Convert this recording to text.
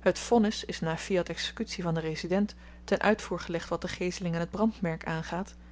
het vonnis is na fiat exekutie van den resident ten uitvoer gelegd wat de geeseling en t brandmerk aangaat